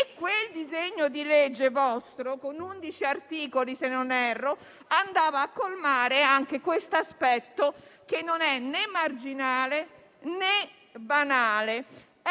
vostro disegno di legge, con undici articoli se non erro, andava a colmare anche quest'aspetto che non è né marginale né banale.